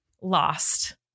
Lost